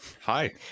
hi